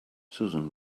susan